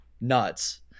nuts